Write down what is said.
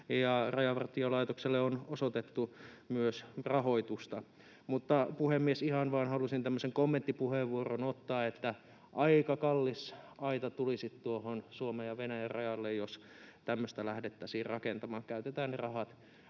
Rajavartiolaitokselle on osoitettu rahoitusta. Puhemies! Ihan vain halusin tämmöisen kommenttipuheenvuoron ottaa, että aika kallis aita tulisi tuohon Suomen ja Venäjän rajalle, jos tämmöistä lähdettäisiin rakentamaan. Käytetään ne rahat